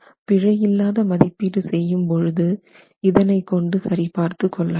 பிழையில்லாத மதிப்பீடு செய்யும் பொழுது இதனை கொண்டு சரி பார்த்து கொள்ளலாம்